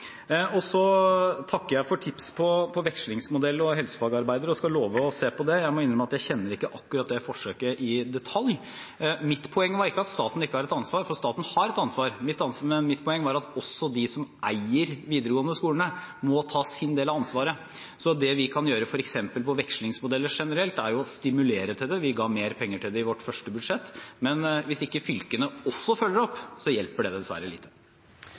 takker for tips om vekslingsmodellen og helsefagarbeidere og lover å se på det. Jeg må innrømme at jeg ikke kjenner akkurat det forsøket i detalj. Mitt poeng var ikke at staten ikke har et ansvar, for staten har et ansvar. Mitt poeng var at også de som eier de videregående skolene, må ta sin del av ansvaret. Det vi kan gjøre når det f.eks. gjelder vekslingsmodeller generelt, er å stimulere til det. Vi ga mer penger til det i vårt første budsjett. Men hvis ikke fylkene også følger det opp, hjelper det dessverre lite.